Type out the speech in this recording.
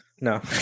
No